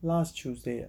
last tuesday ah